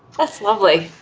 that's lovely.